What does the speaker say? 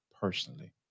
personally